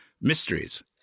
Mysteries